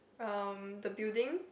um the building